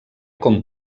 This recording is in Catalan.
com